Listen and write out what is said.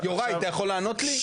יוראי, אתה יכול לענות לי?